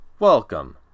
Welcome